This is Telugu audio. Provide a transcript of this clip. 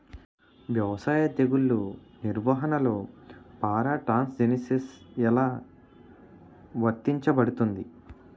వ్యవసాయ తెగుళ్ల నిర్వహణలో పారాట్రాన్స్జెనిసిస్ఎ లా వర్తించబడుతుంది?